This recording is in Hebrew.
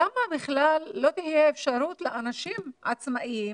למה בכלל לא תהיה אפשרות לאנשים עצמאיים